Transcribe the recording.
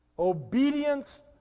Obedience